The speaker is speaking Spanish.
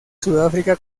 sudáfrica